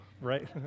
right